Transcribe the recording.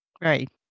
Right